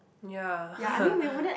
ya